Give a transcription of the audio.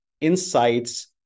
insights